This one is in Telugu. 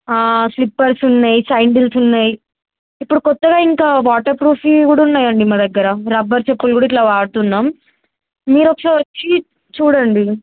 స్లిప్పర్స్ ఉన్నయి సైండిల్స్ ఉన్నాయి ఇప్పుడు కొత్తగా ఇంకా వాటర్ ప్రూఫ్వి కూడా ఉన్నాయండి మా దగ్గర రబ్బర్ చెప్పులు కూడా ఇట్లా వాడుతున్నాం మీరొసారి వచ్చి చూడండి